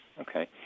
Okay